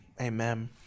Amen